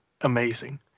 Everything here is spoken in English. amazing